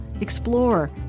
Explore